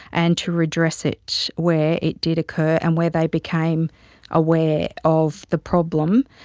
and to redress it where it did occur, and where they became aware of the problem.